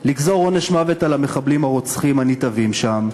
לגזור עונש מוות על המחבלים הרוצחים הנתעבים שם,